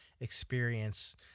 experience